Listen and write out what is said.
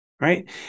right